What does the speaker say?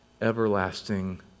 everlasting